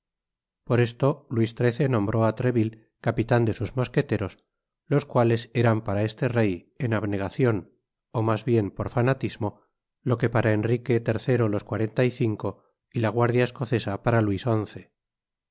por esto luis xiii nombró á treville capitan de sus mosqueteros los cuales eran para este rey en abnegacion ó mas bien por fanatismo lo que para enrique iii los cuarenta y cinco y la guardia escocesa para luis xi